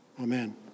Amen